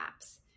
apps